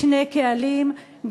בשני קהלים,